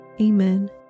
Amen